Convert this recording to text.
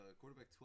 quarterback